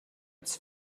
its